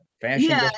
fashion